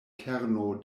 kerno